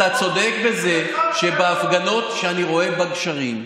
אתה צודק בזה שבהפגנות שאני רואה בגשרים,